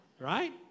right